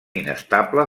inestable